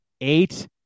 eight